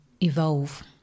evolve